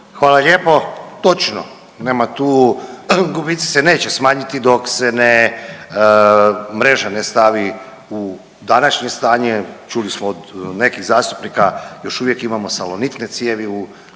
Hvala lijepo. Točno, nema tu, gubici se neće smanjiti dok se ne, mreža ne stavi u današnje stanje. Čuli smo od nekih zastupnika još uvijek imamo salonitne cijevi u